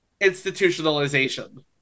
institutionalization